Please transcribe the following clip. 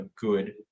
good